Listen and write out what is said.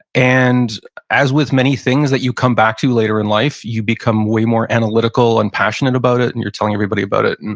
and as with many things that you come back to later in life, you become way more analytical and passionate about it, and you're telling everybody about it. and